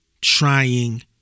trying